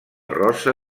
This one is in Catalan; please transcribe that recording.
rosa